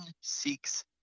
seeks